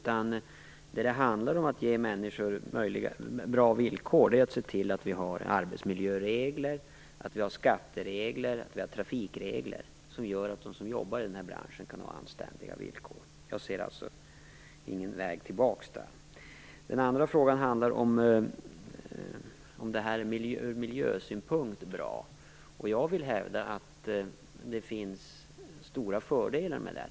Vad det handlar om är att se till att vi har arbetsmiljöregler, skatteregler och trafikregler som gör att de som jobbar i den här branschen kan ha anständiga villkor. Jag ser alltså ingen väg tillbaka där. Den andra frågan handlar om huruvida det här är bra ur miljösynpunkt. Jag vill hävda att det finns stora fördelar.